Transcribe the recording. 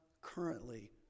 currently